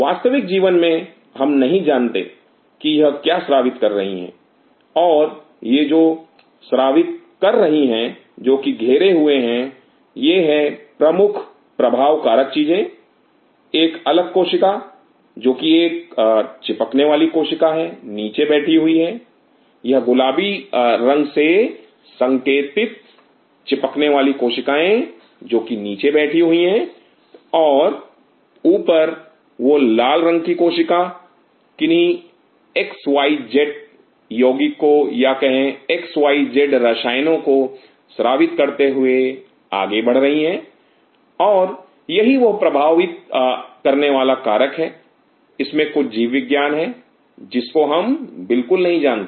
वास्तविक जीवन में हम नहीं जानते कि यह क्या स्रावित कर रही है और यह जो स्रावित कर रही हैं जो कि घेरे हुए हैं यह है मुख्य प्रभाव कारक चीजें एक अलग कोशिका जो कि एक चिपकने वाली कोशिका है नीचे बैठी हुई यह गुलाबी रंग से संकेतित चिपकने वाली कोशिकाएं जो कि नीचे बैठी हुई है और ऊपर वह लाल रंग की कोशिका किन्ही एक्स वाई जेड यौगिक को या कहें एक्स वाई जेड रसायनों को स्रावित करते हुए आगे बढ़ रही है और यही वह प्रभावित करने वाला कारक है इसमें कुछ जीव विज्ञान है जिसको हम बिल्कुल नहीं जानते